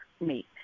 meet